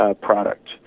product